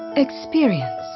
experience.